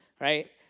right